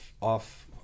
off